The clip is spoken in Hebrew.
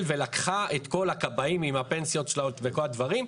ולקחה את כל הכבאים עם הפנסיות וכל הדברים,